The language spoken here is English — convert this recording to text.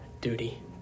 duty